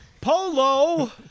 polo